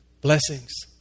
Blessings